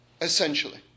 essentially